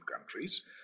countries